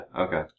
okay